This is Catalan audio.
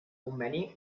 conveni